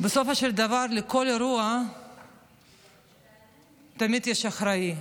בסופו של דבר לכל אירוע תמיד יש אחראי,